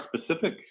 specific